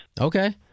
Okay